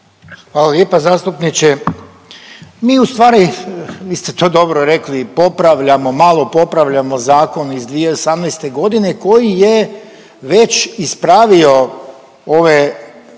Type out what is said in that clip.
Hvala lijepa zastupniče. Mi u stvari, vi ste to dobro rekli popravljamo, malo popravljamo zakon iz 2018. godine koji je već ispravio ove